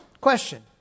Question